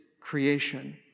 creation